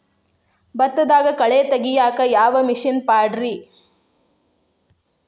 ಭತ್ತದಾಗ ಕಳೆ ತೆಗಿಯಾಕ ಯಾವ ಮಿಷನ್ ಪಾಡ್ರೇ?